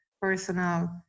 personal